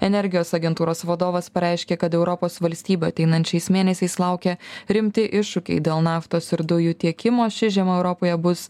energijos agentūros vadovas pareiškė kad europos valstybių ateinančiais mėnesiais laukia rimti iššūkiai dėl naftos ir dujų tiekimo ši žiema europoje bus